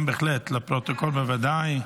כן, בהחלט, לפרוטוקול בוודאי.